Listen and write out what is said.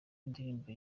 indirimbo